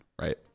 right